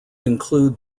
include